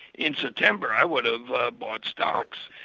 in september i would have ah bought stocks.